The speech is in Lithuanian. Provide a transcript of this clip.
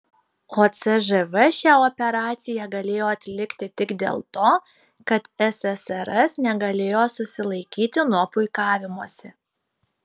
o cžv šią operaciją galėjo atlikti tik dėl to kad ssrs negalėjo susilaikyti nuo puikavimosi